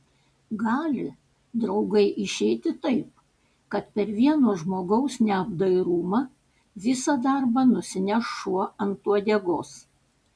gali draugai išeiti taip kad per vieno žmogaus neapdairumą visą darbą nusineš šuo ant uodegos